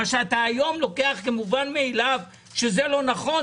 מה שאתה היום לוקח כמובן מאליו שזה לא נכון,